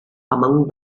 among